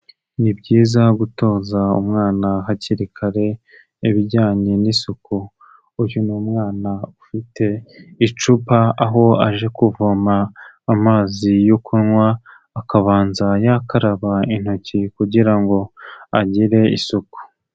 Ni byiza gutoza umwana hakiri kare ibijyanye n'isuku, uyu ni umwana ufite icupa. Aho aje kuvoma amazi yo kunywa, akabanza yakaraba intoki kugira ngo agire isuku.